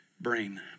brain